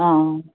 हँ